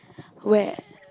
where